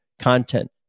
content